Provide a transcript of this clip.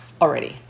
already